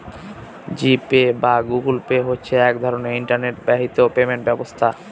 জি Pay বা Google Pay হচ্ছে এক রকমের ইন্টারনেট বাহিত পেমেন্ট ব্যবস্থা